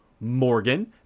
Morgan